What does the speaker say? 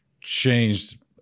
changed